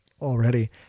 already